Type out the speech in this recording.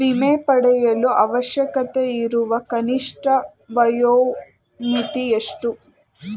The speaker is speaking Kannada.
ವಿಮೆ ಪಡೆಯಲು ಅವಶ್ಯಕತೆಯಿರುವ ಕನಿಷ್ಠ ವಯೋಮಿತಿ ಎಷ್ಟು?